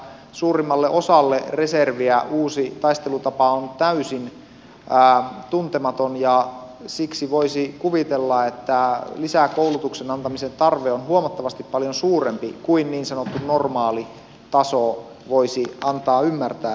suurimmalle osalle reserviä uusi taistelutapa on täysin tuntematon ja siksi voisi kuvitella että lisäkoulutuksen antamisen tarve on huomattavasti paljon suurempi kuin niin sanottu normaali taso voisi antaa ymmärtää